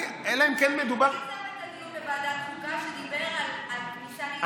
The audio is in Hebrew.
הוא יזם את הדיון בוועדת החוקה שדיבר על כניסה לישראל בזמן הקורונה.